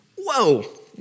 Whoa